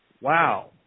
Wow